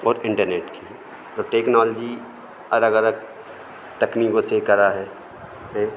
और इंटरनेट की तो टेक्नॉलजी अलग अलग तकनीकों से करा है है